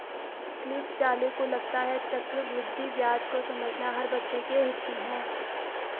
Cliff Zale को लगता है चक्रवृद्धि ब्याज को समझना हर बच्चे के हित में है